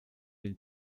den